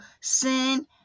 sin